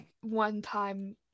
one-time